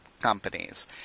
companies